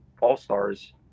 all-stars